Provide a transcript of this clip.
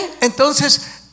Entonces